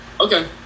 Okay